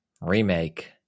remake